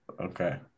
Okay